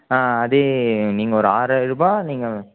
ஆ அதே நீங்கள் ஒரு ஆறாயிருபா நீங்கள்